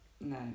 no